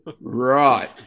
Right